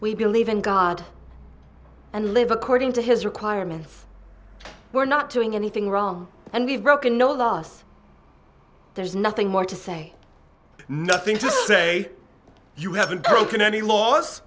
we believe in god and live according to his requirements we're not doing anything wrong and we've broken no laws there's nothing more to say nothing to say you haven't broken any laws